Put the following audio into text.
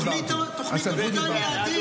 תוכנית עבודה עם יעדים,